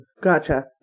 Gotcha